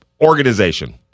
organization